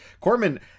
Corman